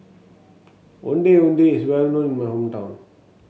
Ondeh Ondeh is well known in my hometown